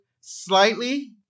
slightly